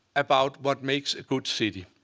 about what makes a good city.